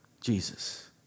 Jesus